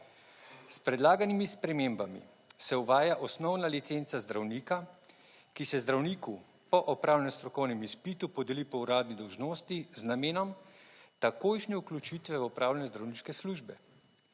S predlaganimi spremembami se uvaja osnovna licenca zdravnika, ki se zdravniku po opravljenem strokovnem izpitu podeli po uradni dolžnosti z namenom takojšnje vključitve v opravljanje zdravniške službe.